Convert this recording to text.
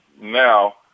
now